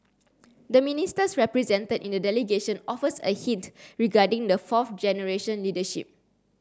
the Ministers represented in the delegation offers a hint regarding the fourth generation leadership